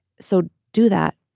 so do that.